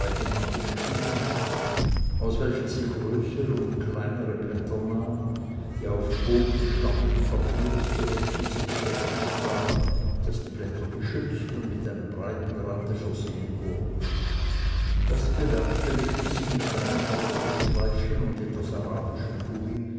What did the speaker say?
stehen aus welcher sie größere und kleinere blätter nahm die auf bogen starken papieres zu heften sie beschäftigt war daß die blätter geschützt und mit einem breiten rande versehen wurden das bewerkstelligte sie mit kleinen papierstreifchen und etwas arabischem gummi